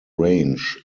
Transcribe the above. range